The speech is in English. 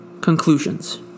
Conclusions